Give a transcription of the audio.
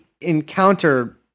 encounter